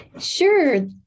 Sure